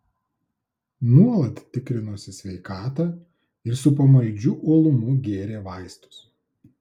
nuolat tikrinosi sveikatą ir su pamaldžiu uolumu gėrė vaistus